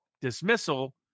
dismissal